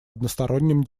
односторонним